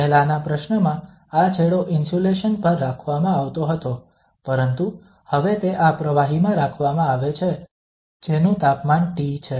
પહેલાંના પ્રશ્નમાં આ છેડો ઇન્સ્યુલેશન પર રાખવામાં આવતો હતો પરંતુ હવે તે આ પ્રવાહીમાં રાખવામાં આવે છે જેનું તાપમાન T છે